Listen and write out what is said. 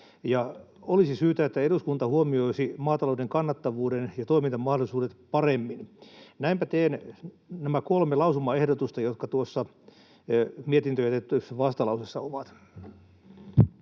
Olisi syytä, että eduskunta huomioisi maatalouden kannattavuuden ja toimintamahdollisuudet paremmin. Näinpä teen nämä kolme lausumaehdotusta, jotka tuossa mietintöön jätetyssä vastalauseessa ovat.